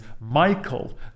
Michael